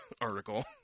article